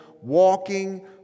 walking